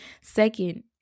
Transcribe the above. second